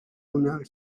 guneak